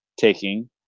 taking